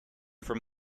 from